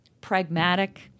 pragmatic